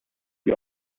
die